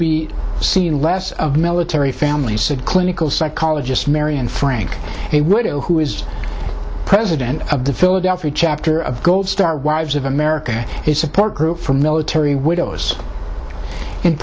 be seen less of military families said clinical psychologist marian frank a widow who is president of the philadelphia chapter of gold star wives of america is support group for military widows